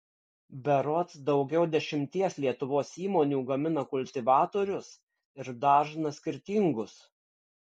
berods daugiau dešimties lietuvos įmonių gamina kultivatorius ir dažna skirtingus